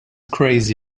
crazy